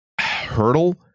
hurdle